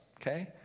okay